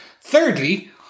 Thirdly